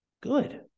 Good